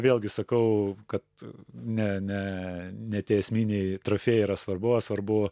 vėlgi sakau kad ne ne ne tie esminiai trofėjai yra svarbu o svarbu